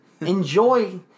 Enjoy